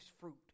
fruit